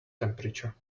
temperature